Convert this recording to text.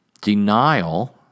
denial